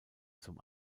zum